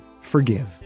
Forgive